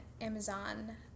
Amazon